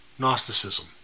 Gnosticism